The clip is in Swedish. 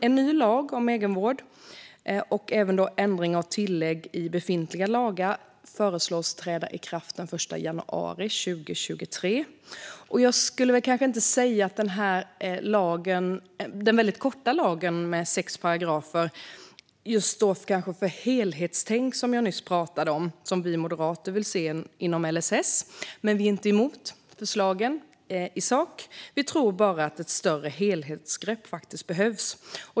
En ny lag om egenvård och ändringar och tillägg i befintliga lagar föreslås träda i kraft den 1 januari 2023. Jag skulle kanske inte säga att denna väldigt korta lag, med sex paragrafer, står för det helhetstänk som jag nyss pratade om och som vi moderater vill se när det gäller LSS. Men vi är inte emot förslagen i sak. Vi tror bara att det behövs ett större helhetsgrepp.